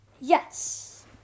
Yes